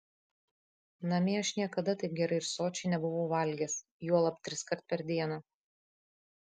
namie aš niekada taip gerai ir sočiai nebuvau valgęs juolab triskart per dieną